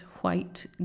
white